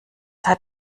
hat